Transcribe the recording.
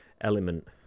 element